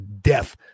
death